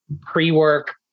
pre-work